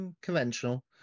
conventional